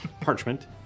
parchment